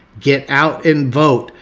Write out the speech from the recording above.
get out and vote.